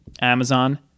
Amazon